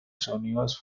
sonidos